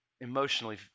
emotionally